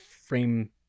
frame